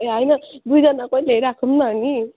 ए होइन दुईजनाकै ल्याइराखौँ न अनि